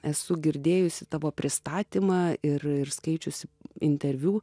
esu girdėjusi tavo pristatymą ir ir skaičiusi interviu